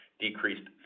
decreased